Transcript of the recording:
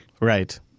Right